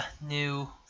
new